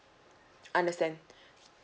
understand